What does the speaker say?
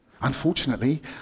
unfortunately